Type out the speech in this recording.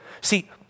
See